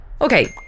Okay